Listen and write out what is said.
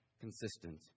consistent